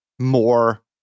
more